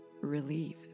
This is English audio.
relief